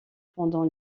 pendant